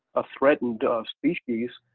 ah threatened species.